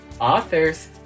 authors